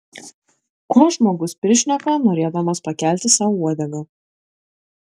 ko žmogus prišneka norėdamas pakelti sau uodegą